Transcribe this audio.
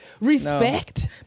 respect